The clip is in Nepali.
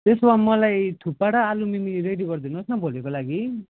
त्यसो भए मलाई थुक्पा र आलु मिमी रेडी गरिदिनु होस् न भोलिको लागि